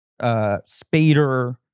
Spader